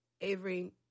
Avery